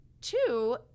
two